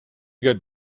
good